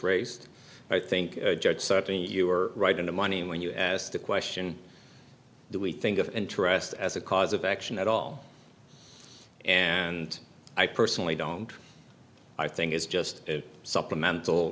raised i think judge certainly you are right in the money when you asked the question do we think of interest as a cause of action at all and i personally don't i think is just supplemental